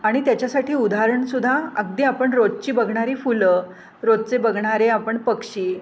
आणि त्याच्यासाठी उदाहरणसुद्धा अगदी आपण रोजची बघणारी फुलं रोजचे बघणारे आपण पक्षी